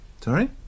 Sorry